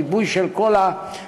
הריבוי של כל המתקנים,